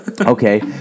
Okay